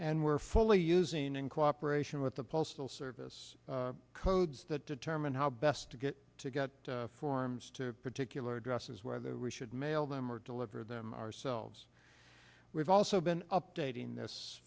and we're fully using in cooperation with the postal service codes that determine how best to get to get forms to particular addresses whether we should mail them or deliver them ourselves we've also been updating this